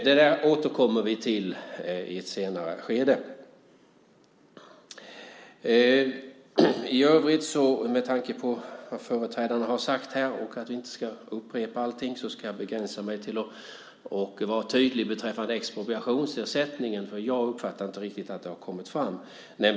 Det där återkommer vi till i ett senare skede. I övrigt, med tanke på vad andra företrädare här har sagt och för att vi inte ska upprepa allting, ska jag begränsa mig till att vara tydlig beträffande expropriationsersättningen, för jag har inte uppfattat riktigt att det har kommit fram.